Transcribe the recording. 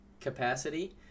capacity